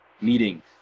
meeting